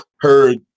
Heard